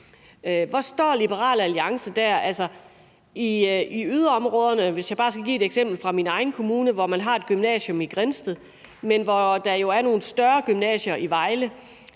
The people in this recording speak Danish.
Hvor står Liberal Alliance dér, altså i yderområderne? Hvis jeg bare skal give et eksempel fra min egen kommune, har man et gymnasium i Grindsted, men der er jo nogle større gymnasier i Vejle.